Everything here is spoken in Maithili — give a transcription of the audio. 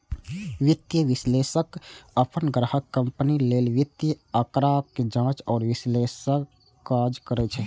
वित्तीय विश्लेषक अपन ग्राहक कंपनी लेल वित्तीय आंकड़ाक जांच आ विश्लेषणक काज करै छै